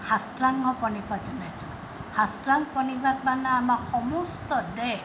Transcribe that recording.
সাষ্টাংগ প্ৰণিপাত জনাইছিলোঁ সাষ্টাংগ প্ৰণিপাত মানে আমাৰ সমস্ত দেহ